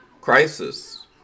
crisis